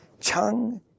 Chung